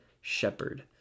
shepherd